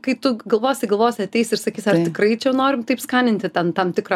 kai tu galvosi galvosi ateis ir sakys ar tikrai čia norim taip skaninti ten tam tikrą